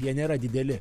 jie nėra dideli